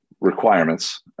requirements